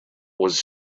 was